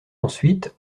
ensuite